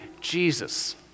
Jesus